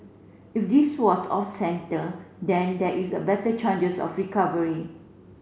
if this was off centre then there is a better chances of recovery